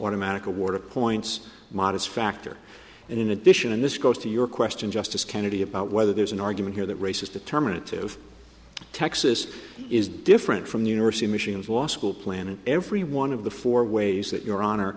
automatic award of points modest factor and in addition and this goes to your question justice kennedy about whether there's an argument here that race is determinative texas is different from the university of michigan's law school plan and every one of the four ways that your honor